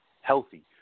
healthy